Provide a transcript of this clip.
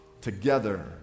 together